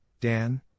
Dan